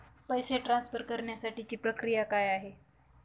पैसे ट्रान्सफर करण्यासाठीची प्रक्रिया काय आहे?